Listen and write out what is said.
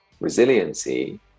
resiliency